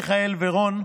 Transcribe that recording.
מיכאל ורון,